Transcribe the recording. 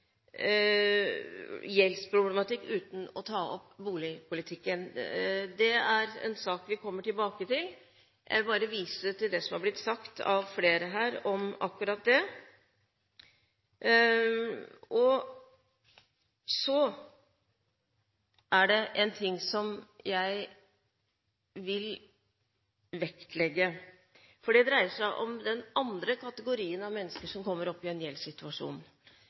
en sak vi kommer tilbake til. Jeg vil bare vise til det som er blitt sagt av flere her om akkurat det. Så er det en ting som jeg vil vektlegge. Det dreier seg om den andre kategorien mennesker som kommer opp i en